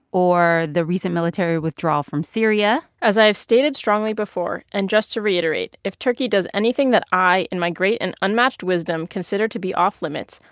or the recent military withdrawal from syria. as i have stated strongly before, and just to reiterate, if turkey does anything that i, in my great and unmatched wisdom, consider to be off limits,